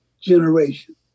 Generation